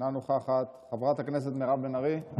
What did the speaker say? אינה נוכחת, חברת הכנסת מירב בן ארי,